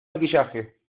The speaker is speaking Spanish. maquillaje